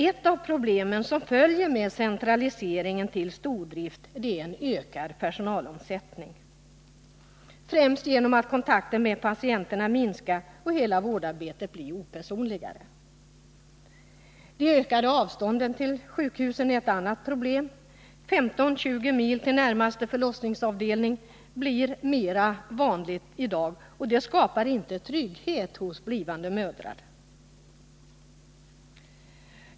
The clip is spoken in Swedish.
Ett av de problem som följer med centraliseringen till stordrift är ju ökad personalomsättning, främst genom att kontakten med patienterna minskar och hela vårdarbetet blir opersonligare. De ökade avstånden till sjukhusen är ett annat problem. 15-20 mil till närmaste förlossningsavdelning är ingen ovanlighet i dag, och det skapar inte trygghet hos blivande mödrar.